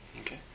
Okay